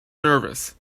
nervous